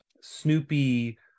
snoopy